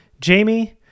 Jamie